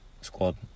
squad